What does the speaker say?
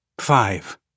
Five